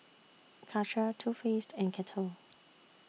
Karcher Too Faced and Kettle